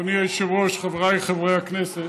אדוני היושב-ראש, חבריי חברי הכנסת.